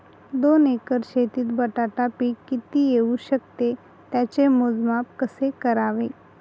दोन एकर शेतीत बटाटा पीक किती येवू शकते? त्याचे मोजमाप कसे करावे?